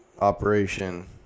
operation